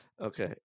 Okay